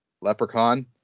Leprechaun